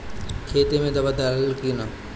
खेत मे दावा दालाल कि न?